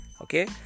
Okay